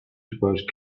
suppose